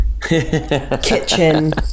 kitchen